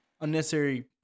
unnecessary